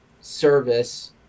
service